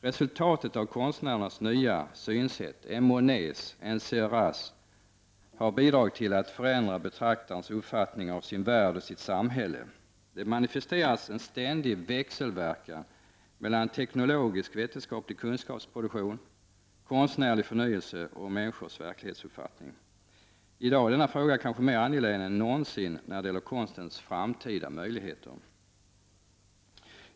Resultatet av konstnärernas nya synsätt — Monets, Seurats — har bidragit till att förändra betraktarens uppfattning av sin värld och sitt samhälle. Det manifesteras en ständig växelverkan mellan teknologisk—-vetenskaplig kunskapsproduktion, konstnärlig förnyelse och människors verklighetsuppfattning. I dag är denna fråga kanske mer angelägen än någonsin när det gäller konstens framtida möjligheter.